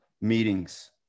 meetings